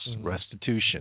restitution